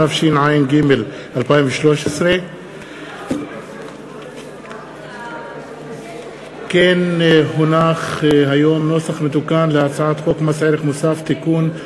התשע"ג 2013. נוסח מתוקן של הצעת חוק מס ערך מוסף (תיקון,